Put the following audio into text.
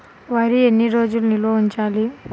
వరి ఎన్ని రోజులు నిల్వ ఉంచాలి?